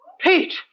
Pete